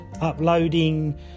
uploading